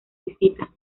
visita